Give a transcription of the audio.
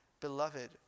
beloved